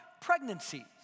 pregnancy